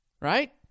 right